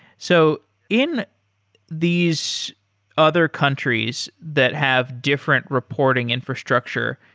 so in these other countries that have different reporting infrastructure,